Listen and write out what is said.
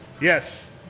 Yes